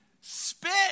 spit